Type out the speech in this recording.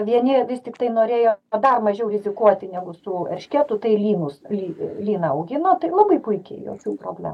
vieni vis tiktai norėjo dar mažiau rizikuoti negu su erškėtu tai lynus ly lyną augino tai labai puikiai jokių problemų